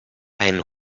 ein